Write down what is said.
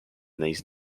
these